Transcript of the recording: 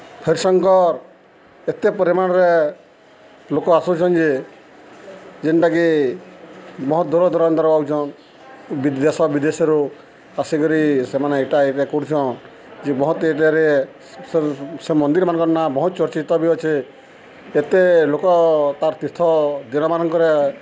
ହରିଶଙ୍କର ଏତେ ପରିମାଣ୍ରେ ଲୋକ୍ ଆସୁଚନ୍ ଯେ ଯେନ୍ଟାକି ବହୁତ୍ ଦୂର ଦୁରାନ୍ତରରୁ ଆଉଚନ୍ ବି ଦେଶ ବିଦେଶରୁ ଆସିକରି ସେମାନେ ଇଟା ଇଟା କରୁଚନ୍ ଯେ ବହୁତ୍ ଏରିଆରେ ସେ ସେ ମନ୍ଦିର୍ମାନ୍କର୍ ନାଁ ବହୁତ୍ ଚର୍ଚ୍ଚିତ ବି ଅଛେ ଏତେ ଲୋକ ତାର୍ ତୀର୍ଥ ଦିନମାନଙ୍କରେ